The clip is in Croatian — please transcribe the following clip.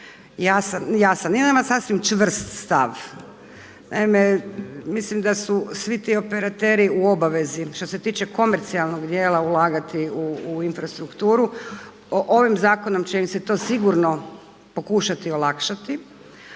jasan, jasan, nema jedan sasvim čvrst stav. Naime, mislim da su svi ti operateri u obavezi što se tiče komercijalnog dijela ulagati u infrastrukturu. Ovim zakonom će im se to sigurno pokušati olakšati.